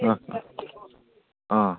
ꯑꯥ ꯑꯥ